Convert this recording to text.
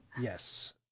Yes